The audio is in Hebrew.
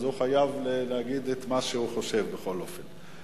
הוא חייב להגיד את מה שהוא חושב בכל אופן.